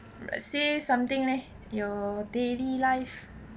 say something leh your daily life